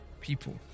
people